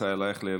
ישראל אייכלר,